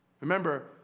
Remember